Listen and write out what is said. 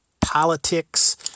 politics